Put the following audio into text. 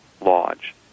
lodge